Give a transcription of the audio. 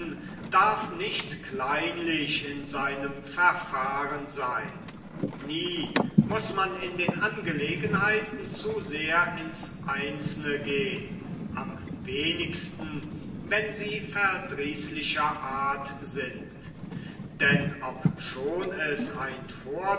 darf nicht kleinlich in seinem verfahren seyn nie muß man in den angelegenheiten zu sehr ins einzelne gehn am wenigsten wenn sie verdrießlicher art sind denn obschon es ein